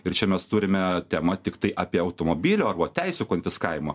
ir čia mes turime temą tiktai apie automobilio arba teisių konfiskavimo